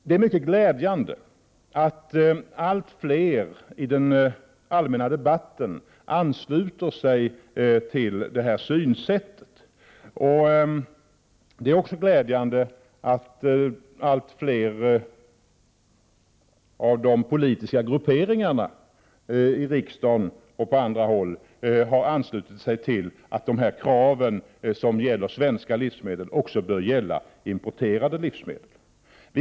Det är mycket glädjande att allt fler i den allmänna debatten ansluter sig till detta synsätt. Det är också glädjande att allt fler av de politiska grupperingarna i riksdagen och på andra håll har anslutit sig till ståndpunkten att de krav som uppställts för svenska livsmedel också bör gälla för importerade livsmedel.